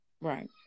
Right